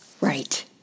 Right